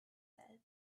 said